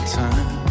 time